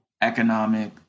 economic